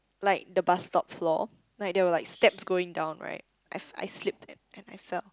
like the bus stop floor like there were like steps going down right I fell I slipped and and I fell